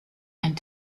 and